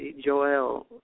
Joel